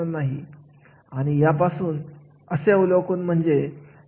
कार्याचे मूल्यमापन कार्याच्या मूल्यमापन यामध्ये कार्याच्या अवलोकनाचा समावेश करावा